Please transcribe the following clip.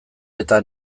eta